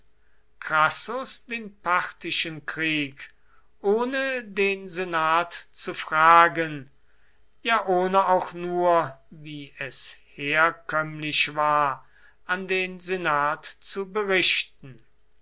crassus den parthischen krieg ohne den senat zu fragen ja ohne auch nur wie es herkömmlich war an den senat zu berichten